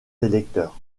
électeurs